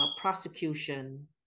prosecution